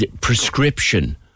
Prescription